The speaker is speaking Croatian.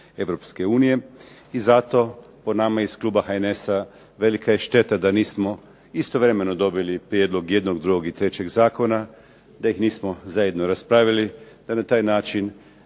Europske unije i zato po nama iz kluba HNS-a velika je šteta da nismo istovremeno dobili prijedlog jednog, drugog i trećeg zakona, da ih nismo zajedno raspravili, da na taj način